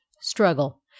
struggle